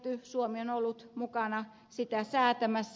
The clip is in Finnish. suomi on ollut mukana sitä säätämässä